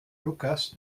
lukas